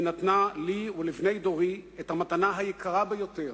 היא נתנה לי ולבני דורי את המתנה היקרה ביותר: